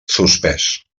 suspès